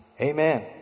Amen